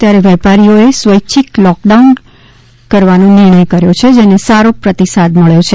ત્યારે વેપારીઓએ સ્વૈચ્છિક લોકડાઉન કરવાનો નિર્ણય કર્યો છે જેને સારો પ્રતિસાદ મબ્યો છે